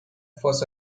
fuss